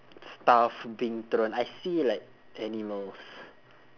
stuff being thrown I see like animals